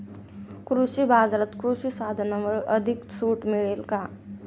कृषी बाजारात कृषी साधनांवर अधिक सूट मिळेल का?